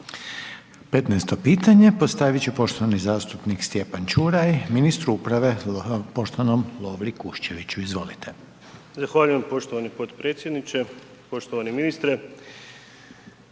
15. pitanje postavit će poštovani zastupnik Stjepan Čuraj ministru uprave, poštovanom Lovri Kuščeviću. Izvolite. **Čuraj, Stjepan (HNS)** Zahvaljujem poštovani potpredsjedniče. Poštovani ministre.